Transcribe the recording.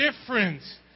difference